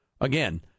Again